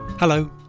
Hello